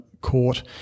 court